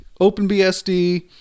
OpenBSD